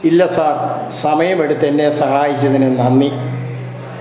ഇല്ല സർ സമയം എടുത്ത് എന്നെ സഹായിച്ചതിന് നന്ദി